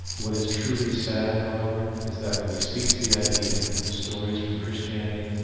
what is truly sad however, is that when we cease the idea that the stories from christianity,